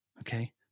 Okay